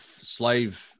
slave